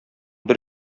бер